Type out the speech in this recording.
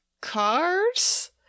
cars